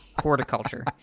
horticulture